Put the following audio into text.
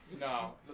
No